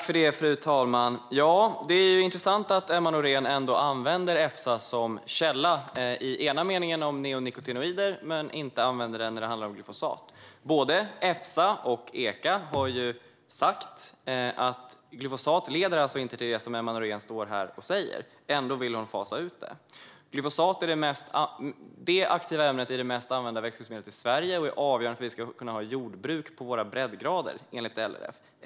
Fru talman! Det är intressant att Emma Nohrén ändå använder Efsa som källa i en mening om neonikotinoider men inte när det handlar om glyfosat. Både Efsa och Echa har sagt att glyfosat inte leder till det som Emma Nohrén säger. Ändå vill hon fasa ut det. Glyfosat är det aktiva ämnet i det mest använda växtskyddsmedlet i Sverige och är avgörande för att vi ska kunna idka jordbruk på våra breddgrader, enligt LRF.